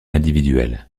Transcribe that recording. individuelle